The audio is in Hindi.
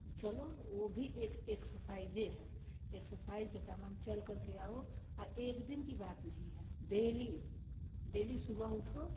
चलो वो भी एक एक्सरसाइज़े है एक्सरसाइज़ के तमाम चलकर के आओ और एक दिन की बात नहीं है डेली डेली सुबह उठो